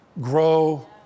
grow